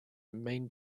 main